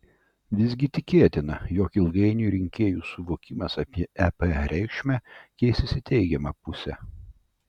visgi tikėtina jog ilgainiui rinkėjų suvokimas apie ep reikšmę keisis į teigiamą pusę